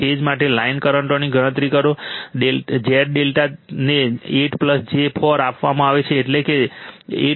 phase અને line કરંટોની ગણતરી કરો Z∆ ને 8 j 4 આપવામાં આવે છે એટલે કે 8